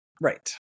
Right